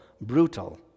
brutal